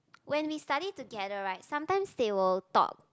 when we study together right sometimes they will talk